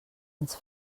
ens